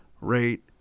rate